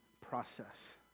process